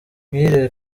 mwiriwe